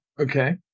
Okay